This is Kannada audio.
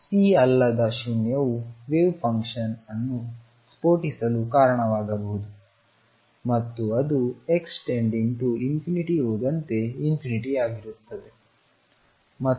C ಅಲ್ಲದ ಶೂನ್ಯವು ವೇವ್ ಫಂಕ್ಷನ್ ಅನ್ನು ಸ್ಫೋಟಿಸಲು ಕಾರಣವಾಗಬಹುದು ಮತ್ತು ಅದು x→∞ ಹೋದಂತೆ ಆಗಿರುತ್ತದೆ ಮತ್ತು ಆದ್ದರಿಂದ C 0